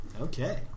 Okay